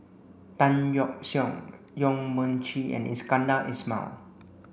Tan Yeok Seong Yong Mun Chee and Iskandar Ismail